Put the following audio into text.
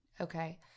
Okay